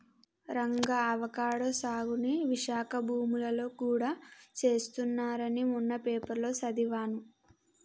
Ranga avocado సాగుని విశాఖ భూములలో గూడా చేస్తున్నారని మొన్న పేపర్లో సదివాను